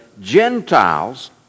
Gentiles